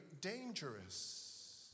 dangerous